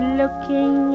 looking